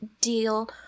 deal